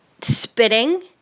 Spitting